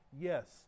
yes